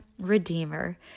redeemer